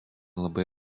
labai